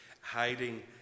hiding